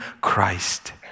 Christ